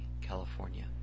California